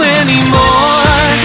anymore